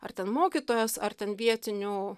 ar ten mokytojos ar ten vietinių